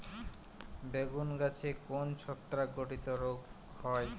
বেগুন গাছে কোন ছত্রাক ঘটিত রোগ হয়?